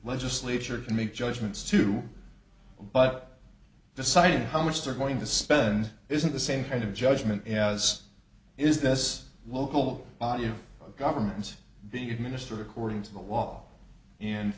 legislature make judgments too but deciding how much they're going to spend isn't the same kind of judgment as is this local government being administered according to the law